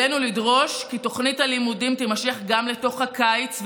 עלינו לדרוש כי תוכנית הלימודים תימשך גם לתוך הקיץ,